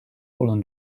fallen